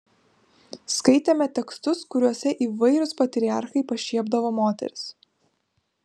skaitėme tekstus kuriuose įvairūs patriarchai pašiepdavo moteris